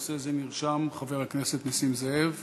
לנושא זה נרשם חבר הכנסת נסים זאב,